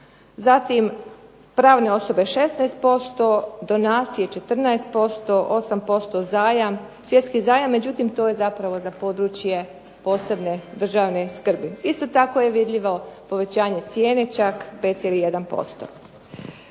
zatim pravne osobe 16%, donacije 14%, 8% svjetski zajam, međutim to je za područje posebne državne skrbi. Isto tako je vidljivo povećanje cijene čak 5,1%.